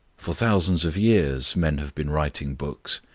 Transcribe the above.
for thousands of years men have been writing books.